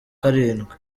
karindwi